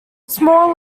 small